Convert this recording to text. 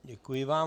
Děkuji vám.